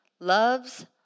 loves